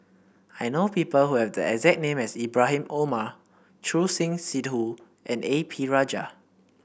I know people who have the exact name as Ibrahim Omar Choor Singh Sidhu and A P Rajah